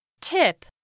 tip